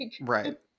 Right